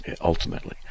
ultimately